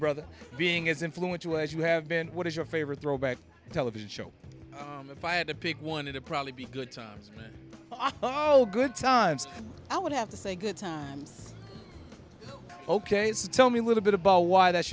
brother being as influential as you have been what is your favorite throwback television show if i had to pick one it'd probably be good times good times i would have to say good song ok it's tell me a little bit about why that's